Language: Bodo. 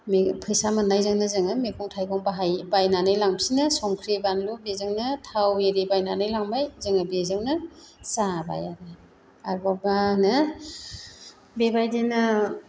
बे फैसा मोननायजोंनो जोङो मैगं थाइगंखौ बाहायो बायनानै लांफिनो संख्रि बानलु बेजोंनो थाव इरि बायनानै लांबाय जोङो बेजोंनो जाबाय आरो आरोबाव मा होनो बेबायदिनो